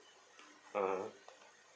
(uh huh)